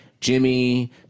Jimmy